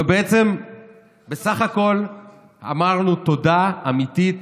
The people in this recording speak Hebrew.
ובעצם בסך הכול אמרנו תודה אמיתית